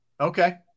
okay